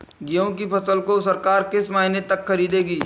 गेहूँ की फसल को सरकार किस महीने तक खरीदेगी?